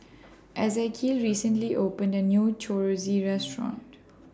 Ezekiel recently opened A New Chorizo Restaurant